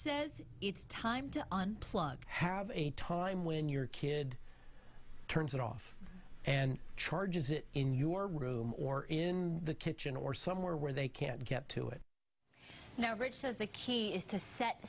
says it's time to unplug have a time when your kid turns it off and charges it in your room or in the kitchen or somewhere where they can't get to it now rich says the key is to set